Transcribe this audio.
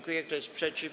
Kto jest przeciw?